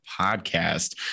podcast